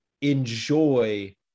enjoy